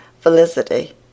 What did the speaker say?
Felicity